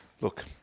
look